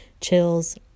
chills